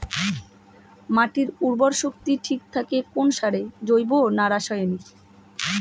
মাটির উর্বর শক্তি ঠিক থাকে কোন সারে জৈব না রাসায়নিক?